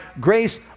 grace